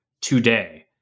today